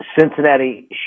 Cincinnati